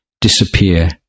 disappear